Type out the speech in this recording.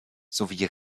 sowie